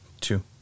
two